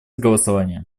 голосования